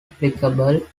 applicable